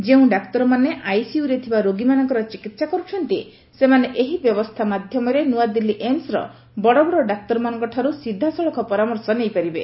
ଯେଉଁ ଡାକ୍ତରମାନେ ଆଇସିୟୁରେ ଥିବା ରୋଗୀମାନଙ୍କର ଚିକିତ୍ସା କରୁଛନ୍ତି ସେମାନେ ଏହି ବ୍ୟବସ୍ଥା ମାଧ୍ୟମରେ ନୂଆଦିଲ୍ଲୀ ଏମ୍ସର ବଡ଼ବଡ଼ ଡାକ୍ତରମାନଙ୍କଠାରୁ ସିଧାସଳଖ ପରାମର୍ଶ ନେଇପାରିବେ